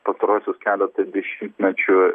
pastaruosius keletą dešimtmečių